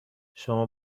شما